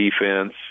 defense